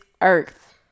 earth